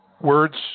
words